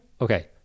Okay